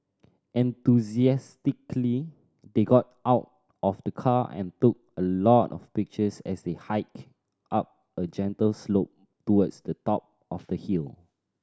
enthusiastically they got out of the car and took a lot of pictures as they hiked up a gentle slope towards the top of the hill